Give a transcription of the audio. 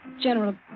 General